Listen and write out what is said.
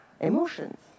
emotions